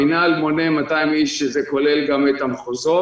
המינהל מונה 200 איש, שזה כולל גם את המחוזות.